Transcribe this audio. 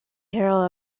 hero